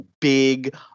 big